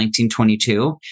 1922